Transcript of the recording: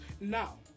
Now